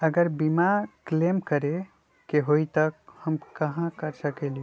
अगर बीमा क्लेम करे के होई त हम कहा कर सकेली?